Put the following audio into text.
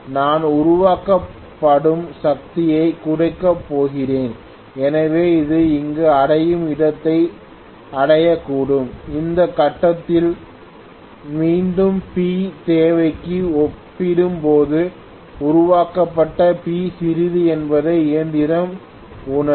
நான் உருவாக்கப்படும் சக்தியைக் குறைக்கப் போகிறேன் எனவே அது இங்கு அடையும் இடத்தை அடையக்கூடும் இந்த கட்டத்தில் மீண்டும் P தேவைக்கு ஒப்பிடும்போது உருவாக்கப்பட்ட P சிறியது என்பதை இயந்திரம் உணரும்